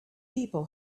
people